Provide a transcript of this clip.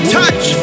touch